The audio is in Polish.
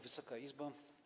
Wysoka Izbo!